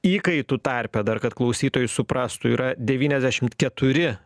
įkaitų tarpe dar kad klausytojai suprastų yra devyniasdešimt keturi